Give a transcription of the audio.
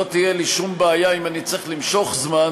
שלא תהיה לי שום בעיה אם אני אצטרך למשוך זמן,